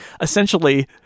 essentially